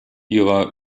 ihrer